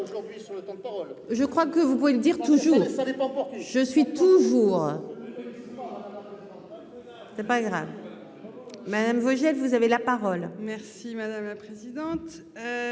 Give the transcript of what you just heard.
je crois que vous pouvez le dire toujours, ça dépend, je suis toujours. C'est pas grave. Madame Vogel, vous avez la parole